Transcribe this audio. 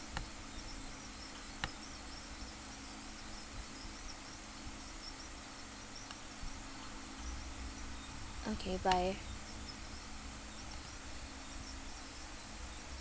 okay bye